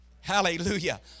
Hallelujah